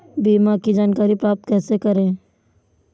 बीमा की जानकारी प्राप्त कैसे करें?